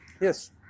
yes